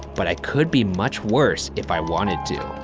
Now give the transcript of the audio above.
but i could be much worse if i wanted to.